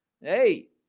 Hey